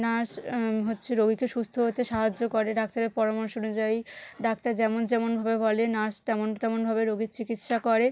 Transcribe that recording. nurse হচ্ছে রোগীকে সুস্থ হতে সাহায্য করে ডাক্তারের পরামর্শ অনুযায়ী ডাক্তার যেমন যেমনভাবে বলে নার্স তেমন তেমনভাবে রোগীর চিকিৎসা করে